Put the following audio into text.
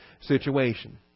situation